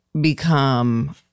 become